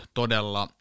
todella